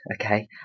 okay